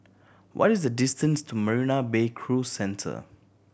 what is the distance to Marina Bay Cruise Centre